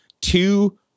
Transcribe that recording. two